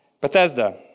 Bethesda